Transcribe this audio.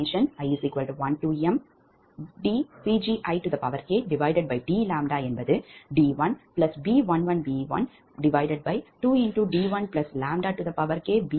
i12dPgikdd1B11b12d1ʎkB112d2B22b22d2ʎkB222 என்றும் மற்றும் 5